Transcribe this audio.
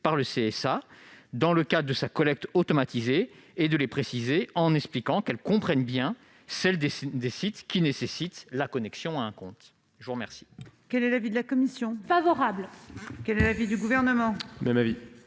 par le CSA dans le cadre de sa collecte automatisée, en expliquant qu'elles comprennent bien celles des sites qui nécessitent la connexion à un compte. Quel